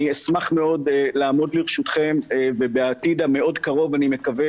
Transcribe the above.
אשמח לעמוד לרשותכם ובעתיד המאוד קרוב אני מקווה